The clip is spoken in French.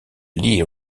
lee